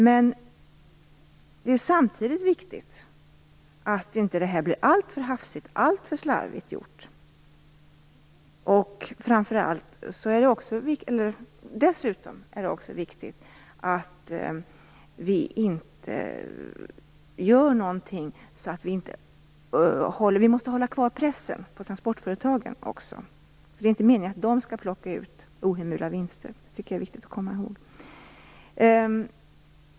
Men det är samtidigt viktigt att detta inte blir alltför slarvigt gjort. Det är dessutom viktigt att pressen kvarstår på transportföretagen. De är inte meningen att de skall plocka ut ohemula vinster. Det är viktigt att komma ihåg.